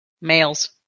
males